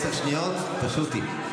מה שאת יכולה להשיג בעשר שניות, תשוטי.